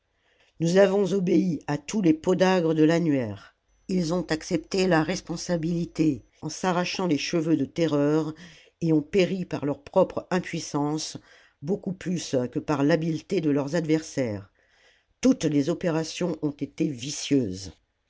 nous avons obéi à tous les podagres de l'annuaire ils ont accepté la responsabilité en s'arrachant les cheveux de terreur et ont péri par leur propre impuissance la commune beaucoup plus que par l'habileté de leurs adversaires toutes les opérations ont été vicieuses